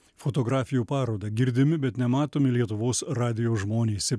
fotografijų parodą girdimi bet nematomi lietuvos radijo žmonės